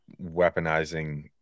weaponizing